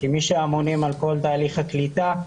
כמי שאמונים על כל תהליך הקליטה,